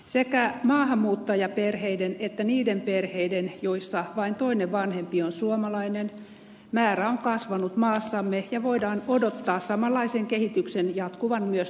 sekä maahanmuuttajaperheiden että niiden perheiden määrä joissa vain toinen vanhempi on suomalainen on kasvanut maassamme ja voidaan odottaa samanlaisen kehityksen jatkuvan myös tulevaisuudessa